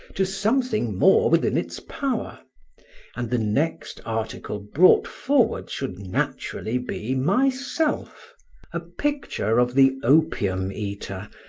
to something more within its power and the next article brought forward should naturally be myself a picture of the opium-eater,